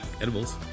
edibles